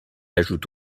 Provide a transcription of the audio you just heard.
ajoute